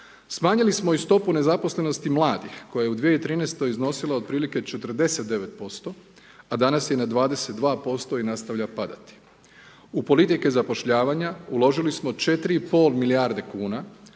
Smanjili smo stopu nezaposlenosti mladih, koji je u 2013. iznosila otprilike 49%, a danas je na 22% i nastavlja padati. U politike zapošljavanja uložili smo 4,5 milijarde kuna